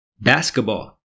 basketball